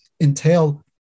entail